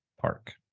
Park